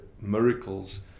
miracles